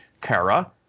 Kara